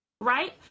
right